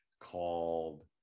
called